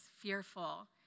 fearful